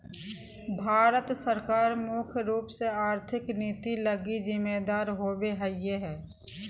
भारत सरकार मुख्य रूप से आर्थिक नीति लगी जिम्मेदर होबो हइ